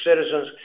citizens